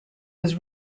was